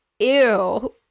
Ew